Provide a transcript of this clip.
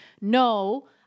no